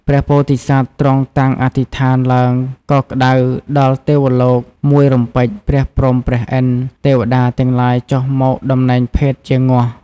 ព្រះពោធិសត្វទ្រង់តាំងអធិដ្ឋានឡើងក៏ក្តៅដល់ទេវលោកមួយរំពេចព្រះព្រហ្ម ព្រះ ឥន្ទ ទេវតាទាំងឡាយចុះមកដំណែងភេទជាងោះ។